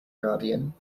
guardian